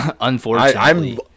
unfortunately